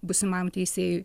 būsimam teisėjui